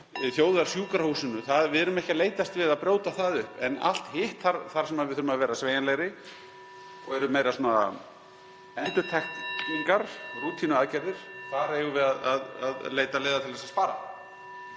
þjóðarsjúkrahúsinu. Við erum ekki að leitast við að brjóta það upp. En varðandi allt hitt, þar sem við þurfum að vera sveigjanlegri og það sem eru meira endurtekningar, rútínuaðgerðir, þar eigum við að leita leiða til að spara.